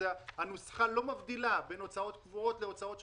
הנוסחה לא מבדילה בין הוצאות קבועות להוצאות שוטפות.